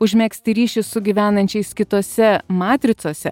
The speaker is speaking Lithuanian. užmegzti ryšį su gyvenančiais kitose matricose